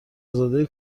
زاده